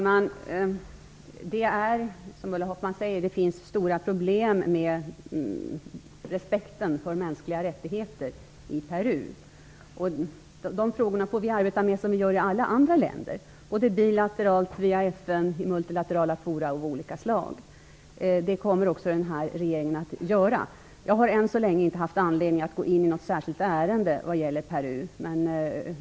Fru talman! Precis som Ulla Hoffmann säger finns det stora problem när det gäller respekten för mänskliga rättigheter i Peru. Vi får arbeta med dessa frågor, som vi gör i alla andra länder, både bilateralt via FN och multilateralt via flera forum av olika slag. Detta kommer också denna regering att göra. Än så länge har jag inte haft anledning att gå in i något särskilt ärende vad gäller Peru.